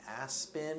Aspen